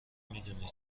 میدونی